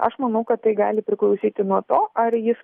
aš manau kad tai gali priklausyti nuo to ar jis